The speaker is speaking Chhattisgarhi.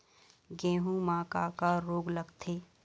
गेहूं म का का रोग लगथे?